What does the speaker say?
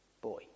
boy